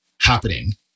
happening